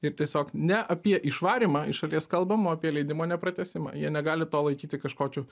ir tiesiog ne apie išvarymą iš šalies kalbama o apie leidimo nepratęsimą jie negali to laikyti kažkokiu